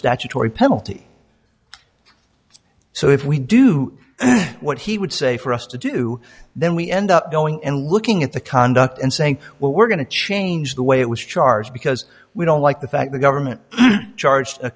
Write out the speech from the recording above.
statutory penalty so if we do what he would say for us to do then we end up going and looking at the conduct and saying well we're going to change the way it was charged because we don't like the fact the government charged a